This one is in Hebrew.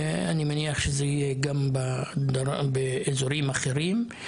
אני מניח שזה יהיה גם באזורים אחרים.